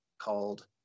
called